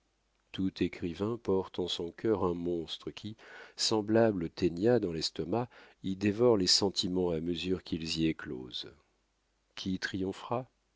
tout écrivain porte en son cœur un monstre qui semblable au tænia dans l'estomac y dévore les sentiments à mesure qu'ils y éclosent qui triomphera